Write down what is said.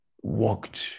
walked